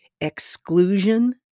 exclusion